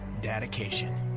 dedication